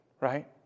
right